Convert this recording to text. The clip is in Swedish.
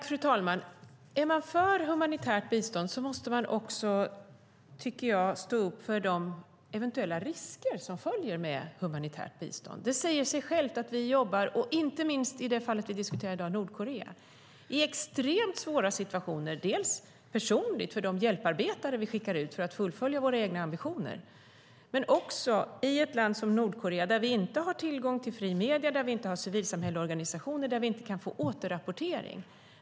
Fru talman! Är man för humanitärt bistånd måste man också, tycker jag, stå upp för de eventuella risker som följer med humanitärt bistånd. Det säger sig självt att vi jobbar - inte minst i det fall som vi diskuterar i dag, nämligen Nordkorea - i extremt svåra situationer. Det är svårt på det personliga planet för de hjälparbetare vi skickar ut för att fullfölja våra egna ambitioner, men det är också svårt att verka i ett land som Nordkorea där vi inte har tillgång till fria medier, där det inte finns civilsamhällesorganisationer och där vi inte kan få återrapportering.